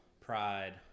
pride